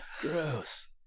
gross